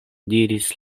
diris